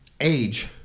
age